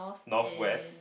northwest